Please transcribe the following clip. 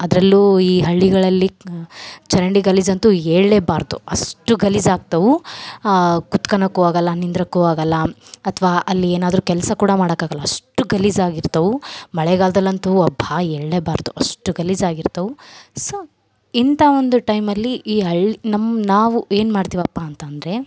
ಅದರಲ್ಲೂ ಈ ಹಳ್ಳಿಗಳಲ್ಲಿ ಚರಂಡಿ ಗಲಿಜಂತು ಹೇಳ್ಳೆಬಾರ್ದು ಅಷ್ಟು ಗಲೀಜು ಆಗ್ತವು ಕುತ್ಕೋಳಕು ಆಗೋಲ್ಲ ನಿಂದ್ರೋಕು ಆಗೋಲ್ಲ ಅಥ್ವ ಅಲ್ಲಿ ಏನಾದರು ಕೆಲಸ ಕೂಡ ಮಾಡೋಕಾಗಲ್ಲ ಅಷ್ಟು ಗಲೀಜು ಆಗಿರ್ತವು ಮಳೆಗಾಲ್ದಲ್ಲಿ ಅಂತು ಅಬ್ಬಾ ಹೇಳ್ಳೆಬಾರ್ದು ಅಷ್ಟು ಗಲೀಜಾಗಿರ್ತವೆ ಸೊ ಇಂಥ ಒಂದು ಟೈಮಲ್ಲಿ ಈ ಹಳ್ಳಿ ನಮ್ಮ ನಾವು ಏನ್ಮಾಡ್ತಿವಪ್ಪಾ ಅಂತಂದರೆ